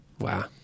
Wow